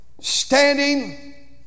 standing